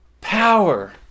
power